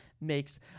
makes